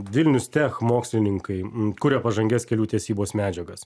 vilnius tech mokslininkai kuria pažangias kelių tiesybos medžiagas